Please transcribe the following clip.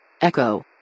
Echo